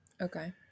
okay